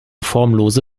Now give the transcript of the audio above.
formlose